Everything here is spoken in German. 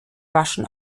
waschen